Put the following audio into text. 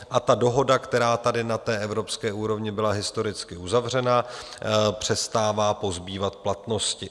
A ta dohoda, která tady na evropské úrovni byla historicky uzavřena, přestává pozbývat platnosti.